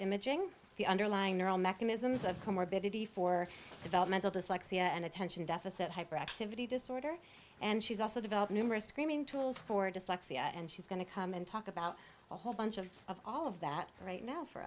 imaging the underlying neural mechanisms of co morbidity for developmental dyslexia and attention deficit hyperactivity disorder and she's also developed numerous screening tools for dyslexia and she's going to come and talk about a whole bunch of all of that right now for